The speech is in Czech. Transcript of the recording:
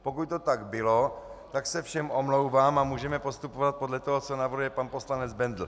Pokud to tak bylo, tak se všem omlouvám a můžeme postupovat podle toho, co navrhuje pan poslanec Bendl.